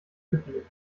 kippelig